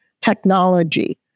technology